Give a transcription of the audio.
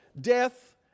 death